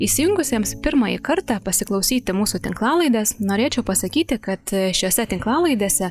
įsijungusiems pirmąjį kartą pasiklausyti mūsų tinklalaidės norėčiau pasakyti kad šiose tinklalaidėse